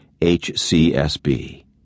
HCSB